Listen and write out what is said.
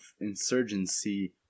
insurgency